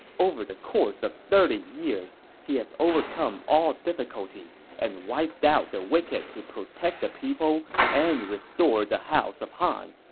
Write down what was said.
over the course of thirty years, he has overcome all difficulties and wiped out the wicked to protect the people and restore the house of han.